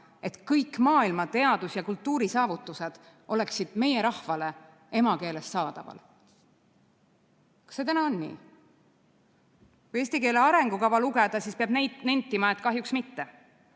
et kõik maailma teadus- ja kultuurisaavutused oleksid meie rahvale emakeeles saadaval. Kas see on nii? Kui eesti keele arengukava lugeda, siis peab nentima, et kahjuks mitte.